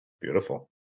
Beautiful